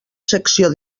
secció